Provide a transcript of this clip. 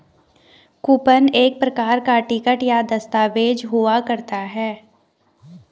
coupon एक प्रकार का टिकट या दस्ताबेज हुआ करता है